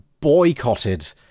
boycotted